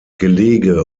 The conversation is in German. gelege